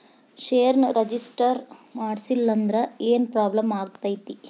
ಷೇರ್ನ ರಿಜಿಸ್ಟರ್ ಮಾಡ್ಸಿಲ್ಲಂದ್ರ ಏನ್ ಪ್ರಾಬ್ಲಮ್ ಆಗತೈತಿ